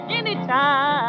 anytime